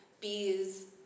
bees